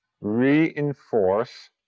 reinforce